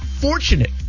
fortunate